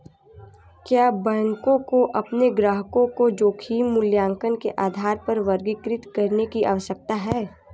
क्या बैंकों को अपने ग्राहकों को जोखिम मूल्यांकन के आधार पर वर्गीकृत करने की आवश्यकता है?